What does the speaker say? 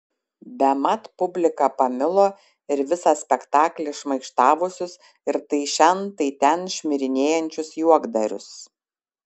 bemat publika pamilo ir visą spektaklį šmaikštavusius ir tai šen tai ten šmirinėjančius juokdarius